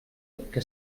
que